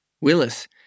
Willis